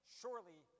surely